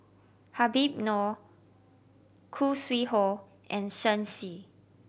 Habib Noh Khoo Sui Hoe and Shen Xi